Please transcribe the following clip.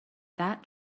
that